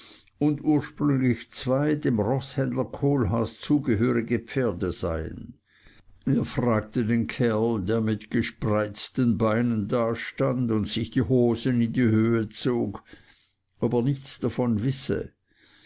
und ursprünglich zwei dem roßhändler kohlhaas zugehörige pferde sein er fragte den kerl der mit gespreizten beinen dastand und sich die hosen in die höhe zog ob er davon nichts wisse